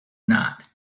knot